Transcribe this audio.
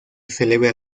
celebra